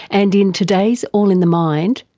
and in today's all in the mind,